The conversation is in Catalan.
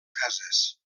cases